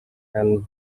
and